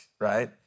right